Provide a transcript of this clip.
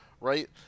right